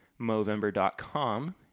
Movember.com